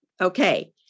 okay